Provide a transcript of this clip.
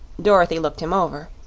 dorothy looked him over.